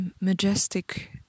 majestic